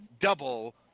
double